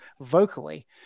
vocally